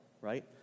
right